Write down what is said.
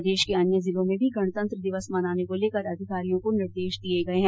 प्रदेश के अन्य जिलों में भी गणतंत्र दिवस मनाने को लेकर अधिकारियों को निर्देश दिये गये है